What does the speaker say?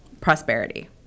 prosperity